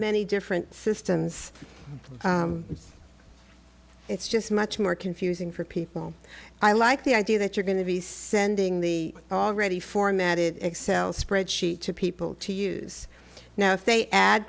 many different systems it's just much more confusing for people i like the idea that you're going to be sending the already formatted excel spreadsheet to people to use now if they add